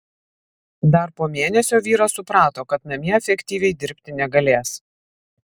dar po mėnesio vyras suprato kad namie efektyviai dirbti negalės